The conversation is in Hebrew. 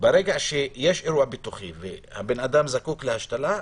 כשיש אירוע ביטוחי ואדם זקוק להשתלה,